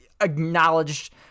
acknowledged